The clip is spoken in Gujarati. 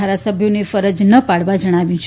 ધારાસભ્યોને ફરજ ન ૈ ાડવા જણાવ્યું છે